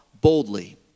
boldly